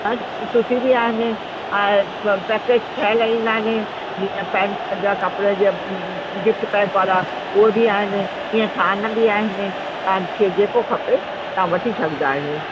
आहिनि सूती बि आहिनि ऐं प पैकेज ठहियल ईंदा आहिनि जीअं पैंट्स जा कपिड़े जा गिफ़्ट पैक वारा उहे बि आहिनि इअं थान बि आहिनि तव्हांखे जेको खपे तव्हां वठी सघंदा आहियो